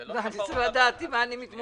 אני רוצה לדעת עם מה אני מתמודד.